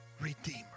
Redeemer